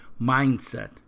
mindset